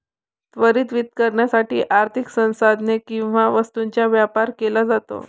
त्वरित वितरणासाठी आर्थिक संसाधने किंवा वस्तूंचा व्यापार केला जातो